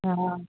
हँ